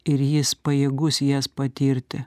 ir jis pajėgus jas patirti